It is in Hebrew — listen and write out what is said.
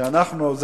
שאנחנו,